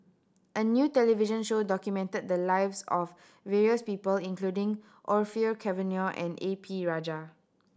a new television show documented the lives of various people including Orfeur Cavenagh and A P Rajah